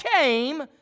came